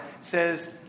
says